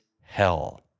hell